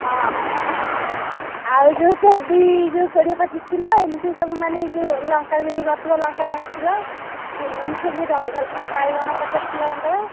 ହଁ ଆଉ ଯୋଉ କୋବି ଯୋଉ କୋଡ଼ିଏ ପଚିଶ କିଲୋ ଏମତି ସବୁମାନେ ଯେ ଲଙ୍କା ଯଦି କରିଥିବ ଲଙ୍କା ପାଞ୍ଚ କିଲୋ ଏମତି ସବୁ ଦରକାର ଥିଲା ବାଇଗଣ ପଚାଶ କିଲୋ ଖଣ୍ଡେ